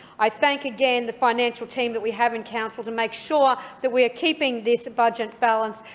i thank again the financial team that we have in council to make sure that we are keeping this budget balanced,